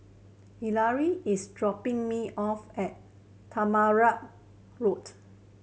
Yareli is dropping me off at Tamarind Road